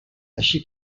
així